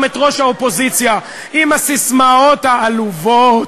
את ראש האופוזיציה עם הססמאות העלובות,